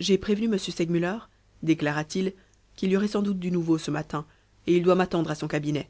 j'ai prévenu m segmuller déclara-t-il qu'il y aurait sans doute du nouveau ce matin et il doit m'attendre à son cabinet